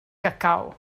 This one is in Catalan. cacau